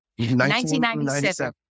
1997